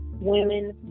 women